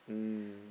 mm